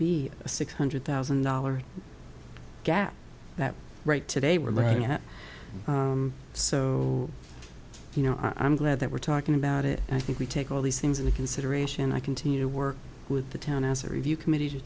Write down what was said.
a six hundred thousand dollars gap that right today we're going to have so you know i'm glad that we're talking about it and i think we take all these things into consideration i continue to work with the town as a review committee to